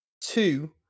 two